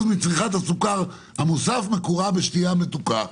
מצריכת הסוכר המוסף מקורה בשתייה מתוקה".